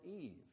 Eve